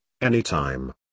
anytime